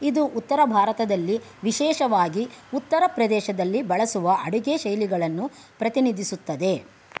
ಇದು ಉತ್ತರ ಭಾರತದಲ್ಲಿ ವಿಶೇಷವಾಗಿ ಉತ್ತರ ಪ್ರದೇಶದಲ್ಲಿ ಬಳಸುವ ಅಡುಗೆ ಶೈಲಿಗಳನ್ನು ಪ್ರತಿನಿಧಿಸುತ್ತದೆ